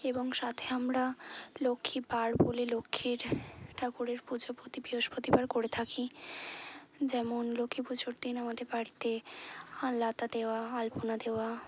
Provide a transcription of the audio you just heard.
এবং সাথে আমরা লক্ষ্মীবার বলে লক্ষ্মীর ঠাকুরের পুজো প্রতি বৃহস্পতিবার করে থাকি যেমন লক্ষ্মী পুজোর দিন আমাদের বাড়িতে আলতা দেওয়া আলপনা দেওয়া